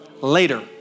later